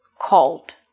called